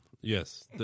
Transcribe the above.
yes